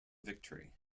victory